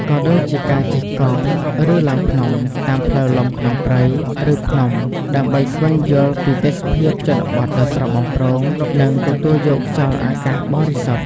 ក៏ដូចជាការជិះកង់ ឬឡើងភ្នំ តាមផ្លូវលំក្នុងព្រៃ ឬភ្នំ ដើម្បីស្វែងយល់ពីទេសភាពជនបទដ៏ស្រស់បំព្រង និងទទួលយកខ្យល់អាកាសបរិសុទ្ធ។